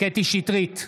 קטי קטרין שטרית,